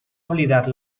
oblidar